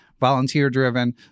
volunteer-driven